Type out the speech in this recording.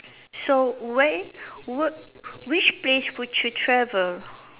so where wh~ which place would you travel